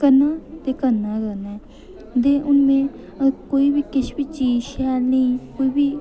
करना ते करना गै करना ते हून में कोई बी किस बी चीज शैल नेईं कोई बी